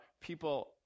people